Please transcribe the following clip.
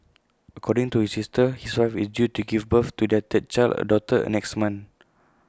according to his sister his wife is due to give birth to their third child A daughter next month